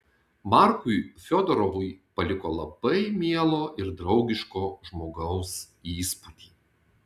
markui fiodorovui paliko labai mielo ir draugiško žmogaus įspūdį